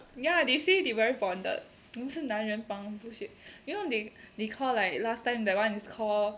ya they say they very bonded 我们是男人帮 bullshit you know they they call like last time that [one] is called